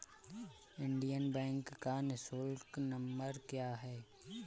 Indian Bank का निःशुल्क number क्या है?